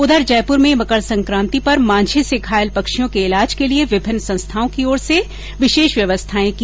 उधर जयपुर में मकर सकांति पर मांझे से घायल पक्षियों के ईलाज के लिए विभिन्न संस्थाओं की ओर से विशेष व्यवस्थाएं की गई है